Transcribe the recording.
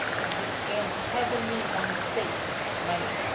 we depend heavily on state money.